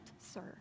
sir